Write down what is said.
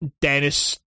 Dennis